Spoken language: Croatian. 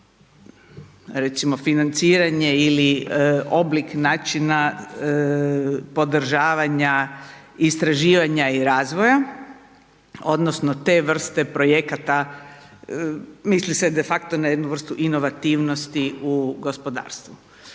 recimo financiranje ili oblik načina podržavanja istraživanja i razvoja odnosno te vrste projekata. Misli se de facto na jednu vrstu inovativnosti u gospodarstvu.